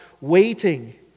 waiting